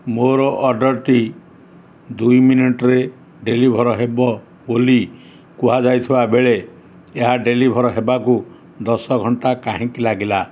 ମୋର ଅର୍ଡ଼ର୍ଟି ଦୁଇ ମିନିଟ୍ରେ ଡେଲିଭର୍ ହେବ ବୋଲି କୁହାଯାଇଥିବା ବେଳେ ଏହା ଡେଲିଭର୍ ହେବାକୁ ଦଶ ଘଣ୍ଟା କାହିଁକି ଲାଗିଲା